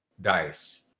dice